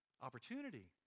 opportunity